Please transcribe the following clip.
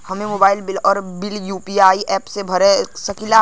हम mobile bill और bill UPI app से भर सकिला